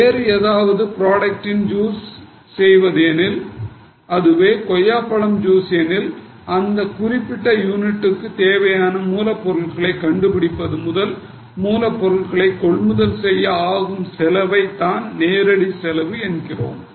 வேறு ஏதாவது பிராடக்ட் இன் ஜூஸ் செய்வது எனில் அதுவே கொய்யாப்பழம் ஜூஸ் எனில் குறிப்பிட்ட யூனிட்டுக்கு தேவையான மூலப்பொருட்களை கண்டுபிடிப்பது முதல் மூலப் பொருட்களை கொள்முதல் செய்வதற்கு ஆகும் செலவை தான் நேரடி செலவு என்கிறோம்